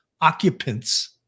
occupants